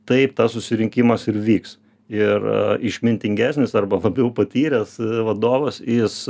taip tas susirinkimas ir vyks ir išmintingesnis arba labiau patyręs vadovas jis